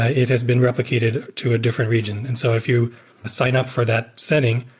ah it has been replicated to a different region. and so if you sign up for that setting,